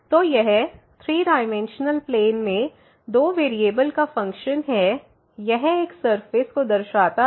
तो यह 3 dimensional plane में दो वेरिएबल का फ़ंक्शन है यह एक सरफेस को दर्शाता है